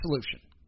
solution